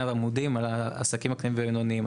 עמודים על העסקים הקטנים והבינוניים.